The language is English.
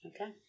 Okay